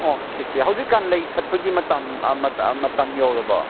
okay ꯀꯦ ꯍꯧꯖꯤꯛ ꯀꯥꯟ ꯂꯩ ꯁꯥꯠꯄꯒꯤ ꯃꯇꯝ ꯃꯇꯝ ꯌꯧꯔꯕꯣ